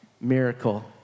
miracle